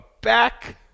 back